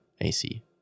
AC